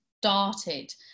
started